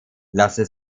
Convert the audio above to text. lasse